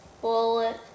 bullet